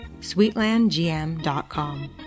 sweetlandgm.com